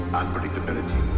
Unpredictability